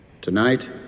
Tonight